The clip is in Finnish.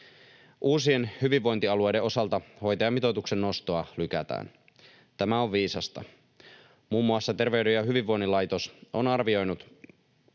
Uusien hyvinvointialueiden osalta hoitajamitoituksen nostoa lykätään. Tämä on viisasta. Muun muassa Terveyden ja hyvinvoinnin laitos on arvioinut